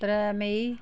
त्रै मेई